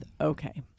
Okay